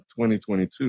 2022